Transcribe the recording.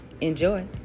Enjoy